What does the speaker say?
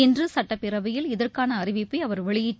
இன்று சட்டப்பேரவையில் இதற்கான அறிவிப்ப அவர் வெளியிட்டு